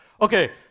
Okay